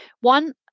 one